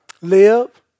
Live